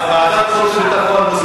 לוועדת החוץ והביטחון.